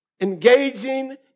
engaging